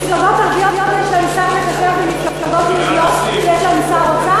מפלגות ערביות יש להן שר מקשר ומפלגות יהודיות יש להן שר אוצר?